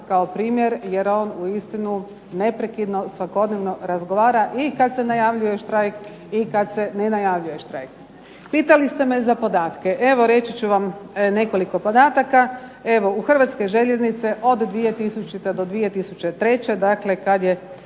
kao primjer, jer on uistinu neprekidno svakodnevno razgovara i kada se najavljuje štrajk i kada se ne najavljuje štrajk. Pitali ste me za podatke. Evo reći ću vam nekoliko podataka. U Hrvatske željeznice od 2000. do 2003. kada je